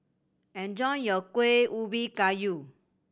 enjoy your Kuih Ubi Kayu